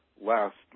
Last